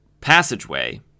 passageway